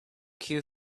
cue